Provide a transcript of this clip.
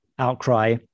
Outcry